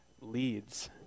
leads